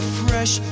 fresh